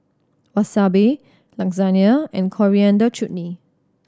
Wasabi Lasagne and Coriander Chutney